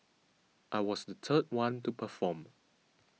I was the third one to perform